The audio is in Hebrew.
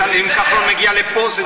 בצלאל, אם כחלון מגיע לפה זה נופל.